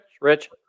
Rich